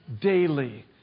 daily